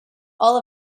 all